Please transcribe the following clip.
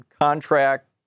contract